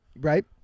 Right